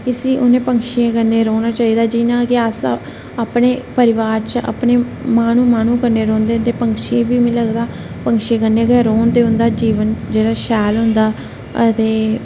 इसी उनें पक्षी कन्नै रौहना चाहिदा जियां कि अस अपने परिवार च अपने माहनू माहनू कन्नै रौंहदे ते पक्षी बी मिगी लगदा पक्षी कन्नै गै रौहना चाहिदा ते उंदा जीवन जेहड़ा शैल होंदा ते